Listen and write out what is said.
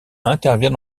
intervient